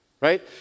right